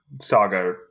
saga